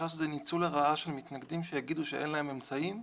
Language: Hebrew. החשש הוא ניצול לרעה של מתנגדים שיגידו שאין להם אמצעים,